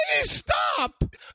stop